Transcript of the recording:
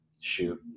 Shoot